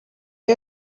iyo